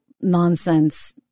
nonsense